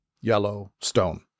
Yellowstone